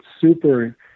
super